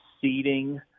seating